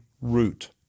root